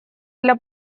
для